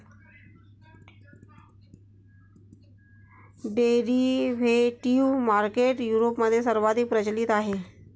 derivative market युरोपमध्ये सर्वाधिक प्रचलित आहे